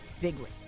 bigly